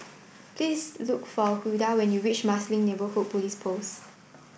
please look for Hulda when you reach Marsiling Neighbourhood Police Post